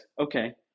okay